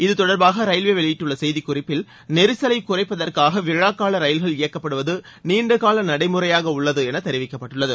இது தொடர்பாக ரயில்வே வெளியிட்டுள்ள செய்திக் குறிப்பில் நெரிசலைக் குறைப்பதற்காக விழாக்கால ரயில்கள் இயக்கப்படுவது நீண்டகால நடைமுறையாக உள்ளது என தெரிவிக்கப்பட்டுள்ளது